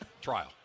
trial